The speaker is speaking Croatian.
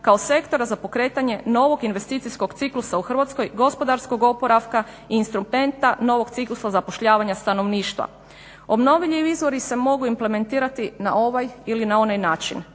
kao sektora za pokretanje novog investicijskog ciklusa u Hrvatskoj, gospodarskog oporavka i instrumenta novog ciklusa zapošljavanja stanovništva. Obnovljivi izvori se mogu implementirati na ovaj ili na onaj način.